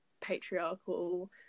patriarchal